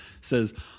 says